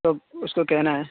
تو اس کو کہنا ہے